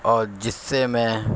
اور جس سے میں